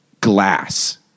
glass